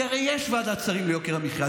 כי הרי יש ועדת שרים ליוקר המחיה,